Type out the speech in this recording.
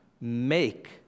make